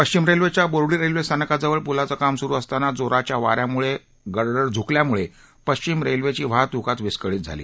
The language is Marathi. पश्चिम रेल्वेच्या बोर्डी रेल्वे स्थानकाजवळ पुलाचं काम सुरू असताना जोराच्या वाऱ्यामुळे गडर झुकल्यानं पश्चिम रेल्वेची वाहतूक आज विस्कळीत झाली